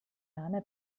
name